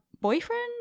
boyfriend